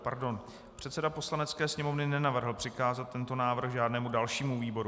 Pardon, předseda Poslanecké sněmovny nenavrhl přikázat tento návrh žádnému dalšímu výboru.